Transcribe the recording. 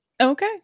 Okay